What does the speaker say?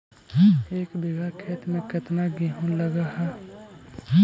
एक बिघा खेत में केतना गेहूं लग है?